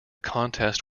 contest